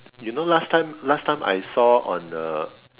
you know last time last time I saw on the